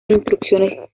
instrucciones